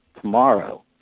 tomorrow